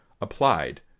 applied